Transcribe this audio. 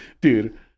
dude